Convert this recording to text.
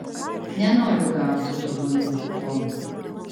nenoriu gauti dovanų kupono